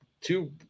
Two